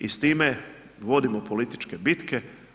I s time vodimo političke bitke.